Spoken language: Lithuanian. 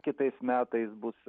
kitais metais bus